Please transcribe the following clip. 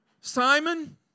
Simon